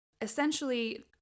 essentially